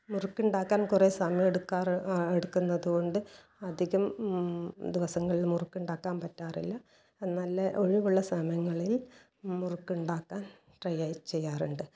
മുറുക്കുണ്ടാക്കാൻ കുറേ സമയെടുക്കാറ് എടുക്കുന്നതുകൊണ്ട് അധികം ദിവസങ്ങളിൽ മുറുക്ക് ഉണ്ടാക്കാൻ പറ്റാറില്ല അത് നല്ല ഒഴിവുള്ള സമയങ്ങളിൽ മുറുക്കുണ്ടാക്കാൻ ട്രൈ ചെയ്യാറുണ്ട്